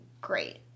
great